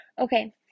Okay